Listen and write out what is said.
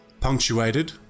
punctuated